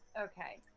Okay